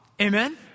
Amen